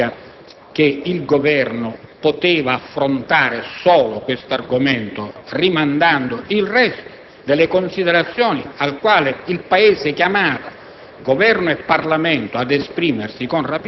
però, non implicava che il Governo potesse affrontare solo questo argomento, rimandando il resto delle considerazioni, su cui il Paese chiamava